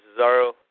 Cesaro